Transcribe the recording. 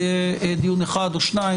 זה יהיה דיון אחד או שניים,